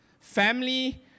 Family